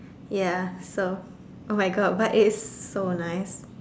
ya so !oh-my-God! but it's so nice